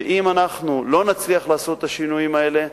ואם אנחנו לא נצליח לעשות את השינויים האלה,